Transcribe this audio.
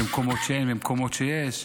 במקומות שאין, במקומות שיש,